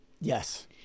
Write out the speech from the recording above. Yes